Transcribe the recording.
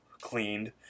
cleaned